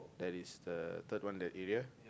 that is the third one that area